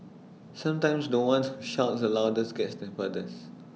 sometimes The One who shouts the loudest gets the furthest